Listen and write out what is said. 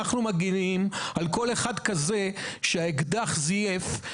על כל אחד כזה שאצלו האקדח זייף,